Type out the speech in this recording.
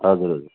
हजुर हजुर